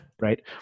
Right